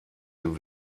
den